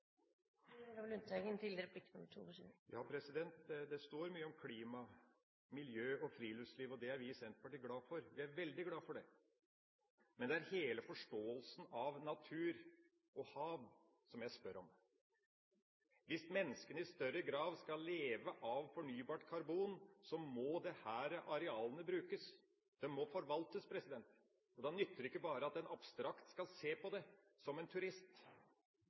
representanten Lundteigen er opptatt av – at CO2 skal gå ned. Ja, det står mye om klima, miljø og friluftsliv, og det er vi i Senterpartiet glad for. Vi er veldig glad for det. Men det er hele forståelsen av natur og hav jeg spør om. Hvis menneskene i større grad skal leve av fornybart karbon, må disse arealene brukes, de må forvaltes. Da nytter det ikke at en bare abstrakt skal se på det, som en turist